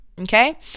Okay